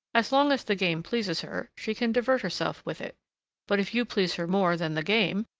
as long as the game pleases her, she can divert herself with it but if you please her more than the game,